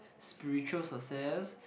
spiritual success